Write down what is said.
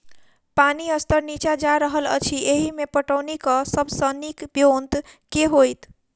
पानि स्तर नीचा जा रहल अछि, एहिमे पटौनीक सब सऽ नीक ब्योंत केँ होइत?